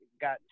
got